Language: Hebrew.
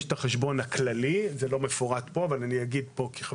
יש את החשבון הכללי שמצטברים בו קנסות והכנסות